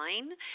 online